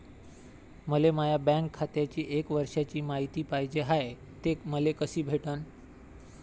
मले माया बँक खात्याची एक वर्षाची मायती पाहिजे हाय, ते मले कसी भेटनं?